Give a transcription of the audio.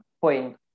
point